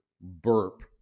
burp